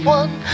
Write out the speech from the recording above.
one